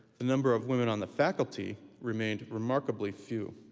the number of women on the faculty remained remarkably few.